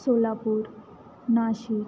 Solapur Nashik